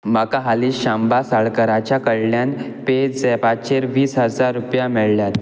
म्हाका हालीं शांबा साळकराच्या कडल्यान पेझॅपाचेर वीस हजार रुपया मेळ्ळ्यात